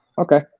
Okay